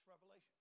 Revelation